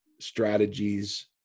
strategies